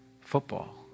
Football